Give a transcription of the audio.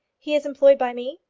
he is employed by me?